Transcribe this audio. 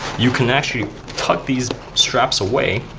you can actually tuck these straps away